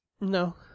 No